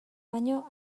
baino